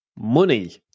money